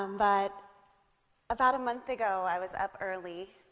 um but about a month ago, i was up early,